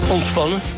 Ontspannen